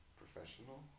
professional